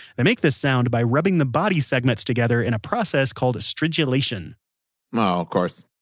they make this sound by rubbing the body segments together in a process called stridulation oh. of course.